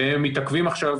והם מתעכבים עכשיו